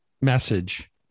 message